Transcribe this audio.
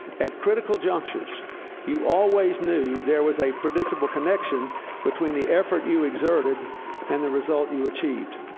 at critical junctures you always knew there was a predictable connection between the effort you exerted and the result you achieved.